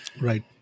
Right